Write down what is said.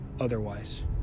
otherwise